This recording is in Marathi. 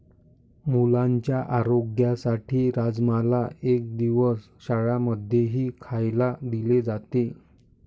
मुलांच्या आरोग्यासाठी राजमाला एक दिवस शाळां मध्येही खायला दिले जाते